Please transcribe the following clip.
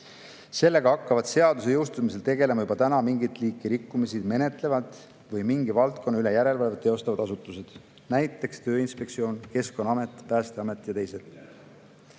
Sellega hakkavad seaduse jõustumisel tegelema juba täna mingit liiki rikkumisi menetlevad või mingi valdkonna üle järelevalvet teostavad asutused, näiteks Tööinspektsioon, Keskkonnaamet, Päästeamet ja teised.